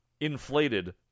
inflated